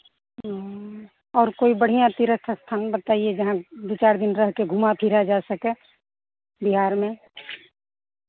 ओ और कोई बढ़ियाँ तीर्थ स्थान बताइए जहाँ दो चार दिन रह के घूमा फिरा जा सके बिहार में